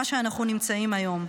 מה שאנחנו נמצאים היום,